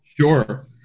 Sure